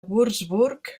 würzburg